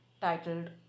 titled